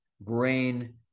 brain